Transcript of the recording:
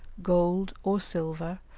gold, or silver,